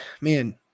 man